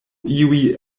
iuj